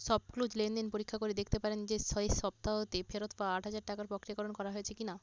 ShopClues লেনদেন পরীক্ষা করে দেখতে পারেন যে শেষ সপ্তাহতে ফেরত পাওয়া আট হাজার টাকার প্রক্রিয়াকরণ করা হয়েছে কি না